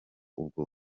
ubwo